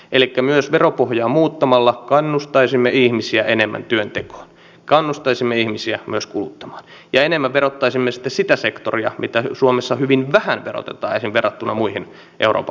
elikkä myös veropohjaa muuttamalla kannustaisimme ihmisiä enemmän työntekoon kannustaisimme ihmisiä myös kuluttamaan ja enemmän verottaisimme sitten sitä sektoria mitä suomessa hyvin vähän verotetaan esimerkiksi verrattuna muihin euroopan valtioihin